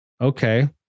okay